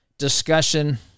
discussion